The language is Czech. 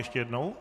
Ještě jednou?